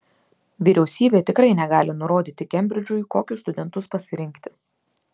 vyriausybė tikrai negali nurodyti kembridžui kokius studentus pasirinkti